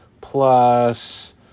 plus